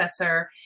processor